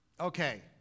Okay